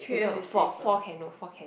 no four four can no four can